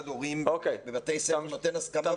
הורים בבתי הספר נותן הסכמות --- אוקיי,